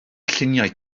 lluniau